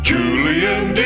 Julian